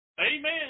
Amen